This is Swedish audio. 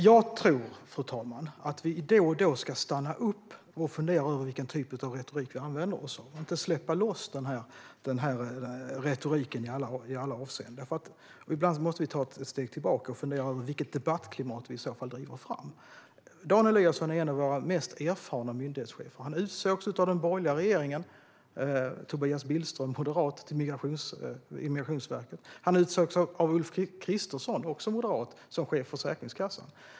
Fru talman! Jag tror att vi då och då ska stanna upp och fundera över vilken typ av retorik vi använder oss av. Vi ska inte släppa lös den här retoriken i alla avseenden. Ibland måste vi ta ett steg tillbaka och se vilket debattklimat vi i så fall driver fram. Dan Eliasson är en av våra mest erfarna myndighetschefer. Han rekryterades till Migrationsverket av den borgerliga regeringen - av Tobias Billström, moderat. Han utsågs av Ulf Kristersson, också moderat, till chef för Försäkringskassan.